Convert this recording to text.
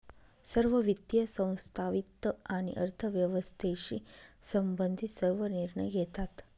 सर्व वित्तीय संस्था वित्त आणि अर्थव्यवस्थेशी संबंधित सर्व निर्णय घेतात